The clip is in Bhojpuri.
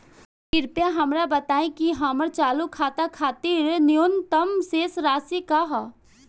कृपया हमरा बताइं कि हमर चालू खाता खातिर न्यूनतम शेष राशि का ह